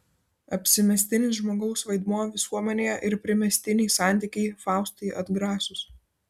apsimestinis žmogaus vaidmuo visuomenėje ir primestiniai santykiai faustai atgrasūs